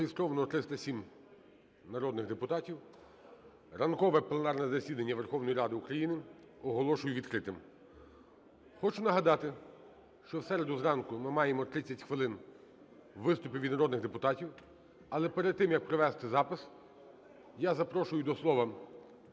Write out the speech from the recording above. Зареєстровано 307 народних депутатів. Ранкове пленарне засідання Верховної Ради України оголошую відкритим. Хочу нагадати, що в середу зранку ми маємо 30 хвилин виступів від народних депутатів. Але перед тим, як провести запис, я запрошую до слова